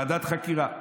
ועדת חקירה.